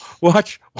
Watch